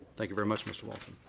thank you very much, mr. walton.